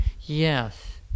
Yes